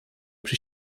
przy